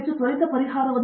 ಪ್ರತಾಪ್ ಹರಿಡೋಸ್ ಸರಿ